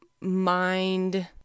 mind